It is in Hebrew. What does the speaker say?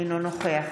אינו נוכח